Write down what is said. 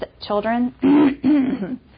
children